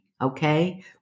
okay